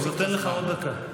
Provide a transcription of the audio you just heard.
אני נותן לך עוד דקה.